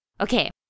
Okay